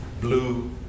Blue